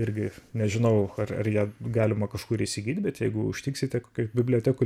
irgi nežinau ar ar ją galima kažkur įsigyt bet jeigu užtiksite kokioj bibliotekoj